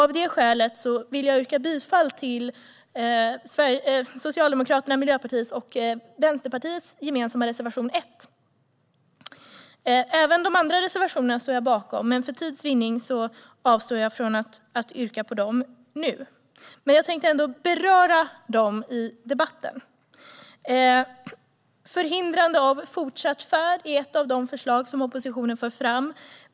Av det skälet vill jag yrka bifall till Socialdemokraternas, Miljöpartiets och Vänsterpartiets gemensamma reservation 1. Jag står även bakom de övriga reservationerna, men för tids vinnande avstår jag från att yrka bifall till dem. Jag tänker ändå beröra dem i debatten. Förhindrande av fortsatt färd är ett av de förslag som oppositionen för fram.